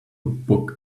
book